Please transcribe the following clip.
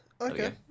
Okay